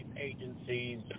agencies